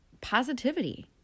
positivity